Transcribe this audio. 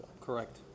Correct